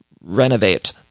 renovate